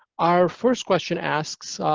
our first question asks,